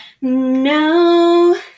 No